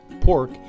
pork